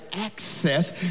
access